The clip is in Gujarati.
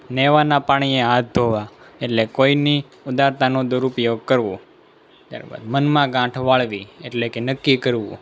નેવાના પાણીએ હાથ ધોવા એટલે કોઈની ઉદારતાનો દુરુપયોગ કરવો બરાબર મનમાં ગાંઠ વાળવી એટલે કે નક્કી કરવું